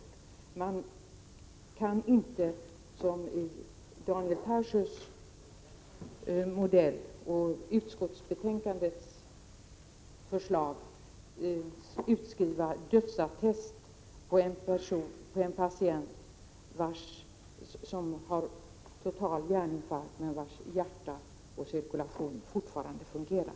21 Man kan enligt min mening inte, som i Daniel Tarschys modell och i utskottsbetänkandets förslag, utfärda dödsattest för en patient som har total hjärninfarkt, men vars hjärtverksamhet och cirkulation fortfarande fungerar.